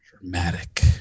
Dramatic